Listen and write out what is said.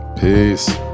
Peace